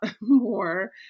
more